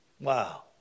Wow